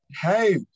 Hey